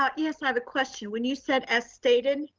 um yes, i have a question when you said as stated,